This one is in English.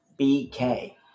BK